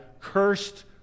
cursed